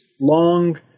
long